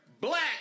black